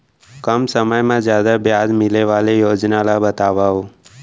कम समय मा जादा ब्याज मिले वाले योजना ला बतावव